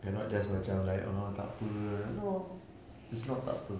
and not just macam like ah tak apa no it's not tak apa